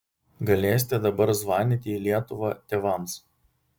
galėsite dabar zvanyti į lietuvą tėvams